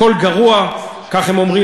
הכול גרוע, כך הם אומרים.